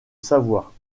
savoie